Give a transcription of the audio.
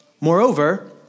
Moreover